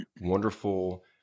wonderful